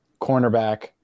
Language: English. cornerback